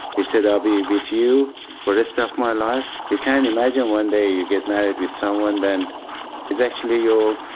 he said i'll be with you for the rest of my life, you can't imagine one day you get married with someone, then he's actually your